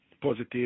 positive